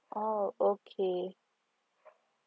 oh okay